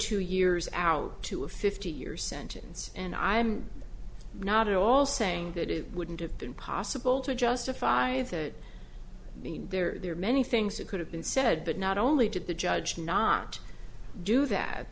two years out to a fifty year sentence and i'm not at all saying that it wouldn't have been possible to justify that means there are many things that could have been said but not only did the judge not do that